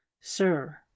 sir